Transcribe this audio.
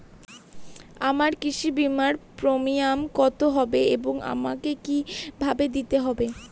আমার কৃষি বিমার প্রিমিয়াম কত হবে এবং আমাকে কি ভাবে দিতে হবে?